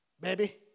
baby